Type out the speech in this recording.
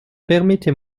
permettez